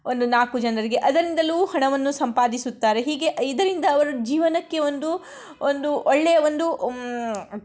ಒಂದು ನಾಲ್ಕು ಜನರಿಗೆ ಅದರಿಂದಲೂ ಹಣವನ್ನು ಸಂಪಾದಿಸುತ್ತಾರೆ ಹೀಗೆ ಇದರಿಂದ ಅವರ ಜೀವನಕ್ಕೆ ಒಂದು ಒಂದು ಒಳ್ಳೆಯ ಒಂದು